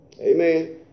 Amen